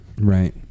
Right